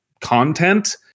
content